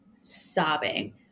sobbing